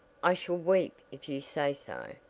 i shall weep if you say so,